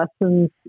lessons